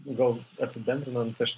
gal apibendrinant aš